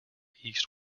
east